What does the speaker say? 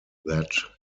that